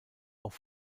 auch